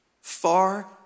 Far